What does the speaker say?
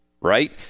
right